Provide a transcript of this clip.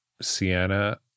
Sienna